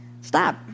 Stop